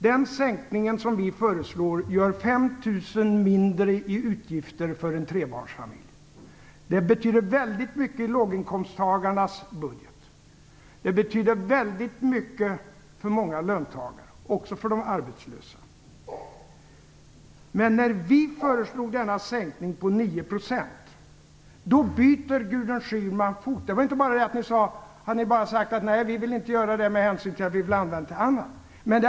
Den sänkning som vi föreslår innebär 5 000 kr mindre i utgifter för en trebarnsfamilj. Det betyder väldigt mycket i låginkomsttagarnas budget. Det betyder väldigt mycket för många löntagare, liksom för de arbetslösa. Men när vi föreslog denna sänkning på Det var inte bara så att ni sade att ni inte ville gå med på detta därför att ni ville använda pengarna till annat.